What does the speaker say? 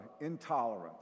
intolerance